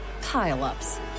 pile-ups